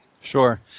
Sure